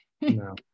no